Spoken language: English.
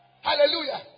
Hallelujah